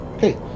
Okay